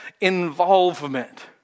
involvement